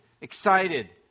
excited